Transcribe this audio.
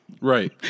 Right